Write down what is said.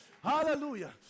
Hallelujah